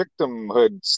victimhood